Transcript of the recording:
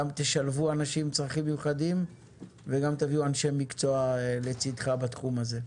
גם תשלבו אנשים עם צרכים מיוחדים וגם תביא אנשי מקצוע לצדך בתחום הזה.